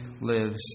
lives